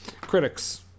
Critics